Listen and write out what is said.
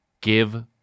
give